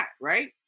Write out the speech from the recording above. Right